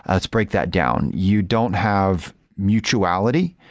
let's break that down. you don't have mutuality.